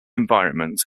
environment